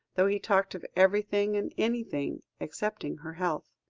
though he talked of everything and anything excepting her health.